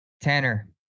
Tanner